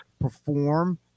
perform